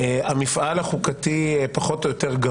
המפעל החוקתי גווע, פחות או יותר,